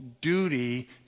duty